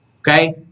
Okay